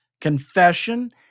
confession